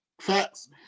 Facts